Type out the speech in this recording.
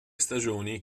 stagioni